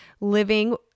living